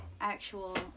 actual